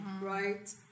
Right